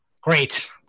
great